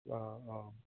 অঁ অঁ